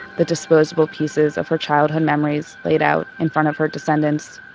the disposable pieces of her childhood memories laid out in front of her descendants